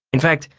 in fact,